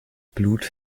blut